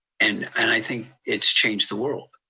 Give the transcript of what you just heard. and and i think it's changed the world.